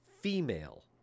female